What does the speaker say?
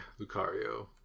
lucario